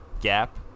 gap